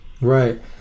right